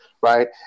right